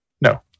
no